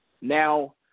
Now